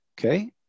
Okay